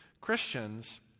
Christians